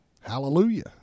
hallelujah